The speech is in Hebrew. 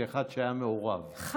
כאחד שהיה מעורב ברשות שדות התעופה.